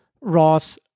Ross